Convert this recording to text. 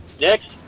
Next